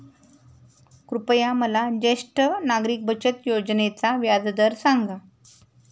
कृपया मला ज्येष्ठ नागरिक बचत योजनेचा व्याजदर सांगा